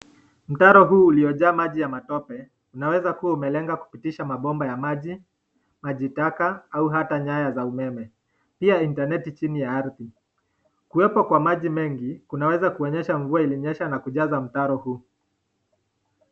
Mtaro huu uliojaa maji ya matope inaweza kua umelenga kupitisha mabomba ya maji taka au hata nyaya za umeme pia Internet chini ya ardhi. Kuwepo kwa maji mengi kunaweza kuonyesha kua mvua ilionyesha na kujaza mtaro huu.